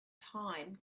time